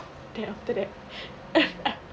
then after that